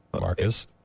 Marcus